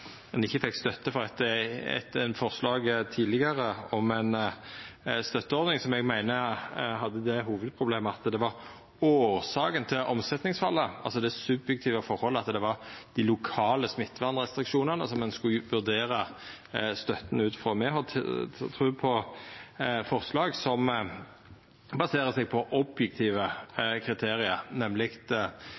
ein ikkje fekk støtte for eit forslag tidlegare om ei støtteordning, som eg meiner hadde det hovudproblemet at det var årsaka til omsetningsfallet, altså det subjektive forholdet – at det var dei lokale smittevernrestriksjonane ein skulle vurdera støtta ut frå. Me har tru på forslag som baserer seg på objektive kriterium, nemleg